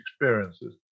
experiences